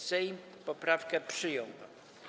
Sejm poprawkę przyjął.